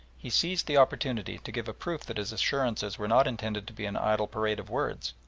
he seized the opportunity to give a proof that his assurances were not intended to be an idle parade of words,